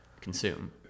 consume